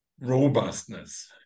robustness